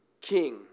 King